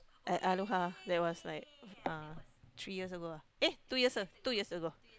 at Aloha that was like uh three years ago ah eh two years a~ two years ago